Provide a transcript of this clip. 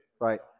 Right